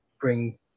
bring